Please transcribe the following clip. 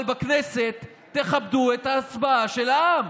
אבל בכנסת תכבדו את ההצבעה של העם.